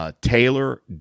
Taylor